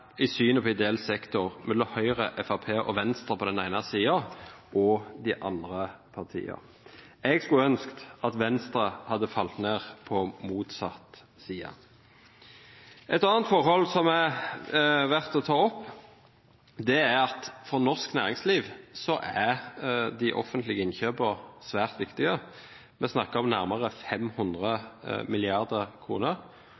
i synet på ideell sektor mellom Høyre, Fremskrittspartiet og Venstre på den ene siden og de andre partiene. Jeg skulle ønske at Venstre hadde falt ned på motsatt side. Et annet forhold som er verdt å ta opp, er at for norsk næringsliv er de offentlige innkjøpene svært viktige. Vi snakker om nærmere 500